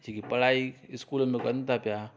जी पढ़ाई स्कूल में कनि था पिया